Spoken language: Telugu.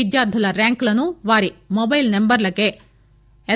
విద్యార్ధుల ర్యాంక్లను వారి మొబైల్ నెంబర్లకే ఎస్